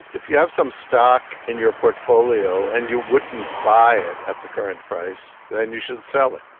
if you have some stock in your portfolio and you wouldn't buy it at the current price, then you should sell it.